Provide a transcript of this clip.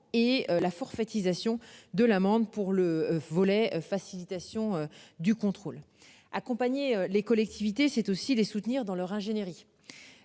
et la forfaitisation de l'amende pour le volet facilitation du contrôle accompagner les collectivités, c'est aussi les soutenir dans leur ingénierie.